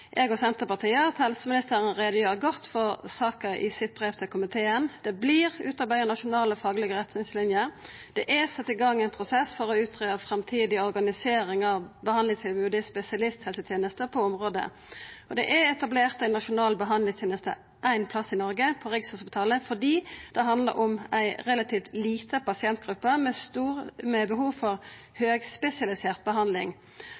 eg og Senterpartiet at helseministeren har gjort god greie for saka i brevet sitt til komiteen. Det vert utarbeidd nasjonale faglege retningslinjer, det er sett i gang ein prosess for å greia ut framtidig organisering av behandlingstilbodet i spesialisthelsetenesta på området, og det er etablert ei nasjonal behandlingsteneste éin plass i Noreg, på Rikshospitalet, fordi det handlar om ei relativt lita pasientgruppe med behov for høgspesialisert behandling.